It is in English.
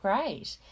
great